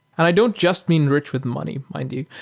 and i don't just mean rich with money, mind you.